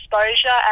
exposure